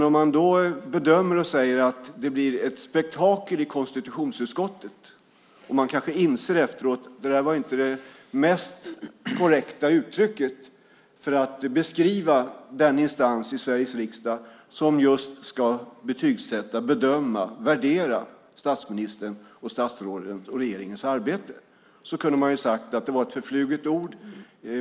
Om han bedömer och säger att det blir ett spektakel i konstitutionsutskottet, och kanske efteråt inser att det inte var det mest korrekta uttrycket för att beskriva den instans i Sveriges riksdag som just ska betygssätta, bedöma och värdera statsministerns, statsrådens och regeringens arbete, kunde han väl ha sagt: Det var ett förfluget ord.